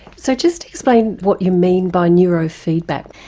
so just explain what you mean by neurofeedback.